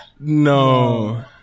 No